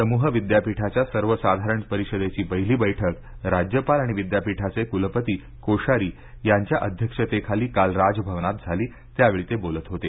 समूह विद्यापीठाच्या सर्वसाधारण परिषदेची पहिली बैठक राज्यपाल आणि विद्यापीठाचे कुलपती कोश्यारी यांच्या अध्यक्षतेखाली काल राजभवनात झाली त्यावेळी ते बोलत होते